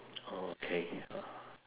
oh okay